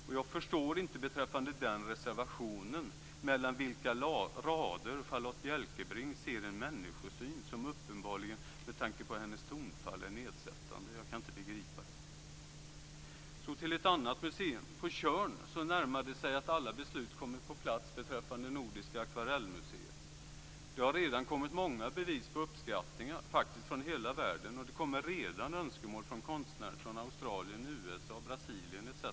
Men jag förstår inte, beträffande den reservationen, mellan vilka rader Charlotta Bjälkebring ser en människosyn som uppenbarligen, med tanke på hennes tonfall, är nedsättande. Jag kan inte begripa det. Jag går så över till ett annat museum. På Tjörn närmar det sig ett läge där alla beslut kommit på plats beträffande Nordiska akvarellmuseet. Det har redan kommit många bevis på uppskattningar, faktiskt från hela världen, och det kommer redan önskemål från konstnärer från Australien, USA, Brasilien etc.